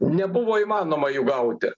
nebuvo įmanoma jų gauti